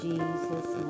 Jesus